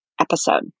episode